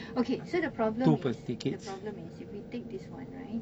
okay so the problem is the problem is if we take this [one] right